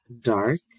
dark